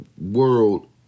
world